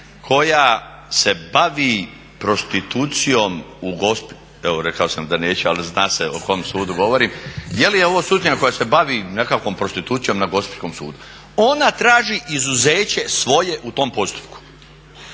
koja se bavi prostitucijom u Gospiću? Evo rekao sam da neću, ali zna se o kojem sudu govorim. Je li ovo sutkinja koja se bavi nekakvom prostitucijom na gospićkom sudu? Ona traži izuzeće svoje u tom postupku.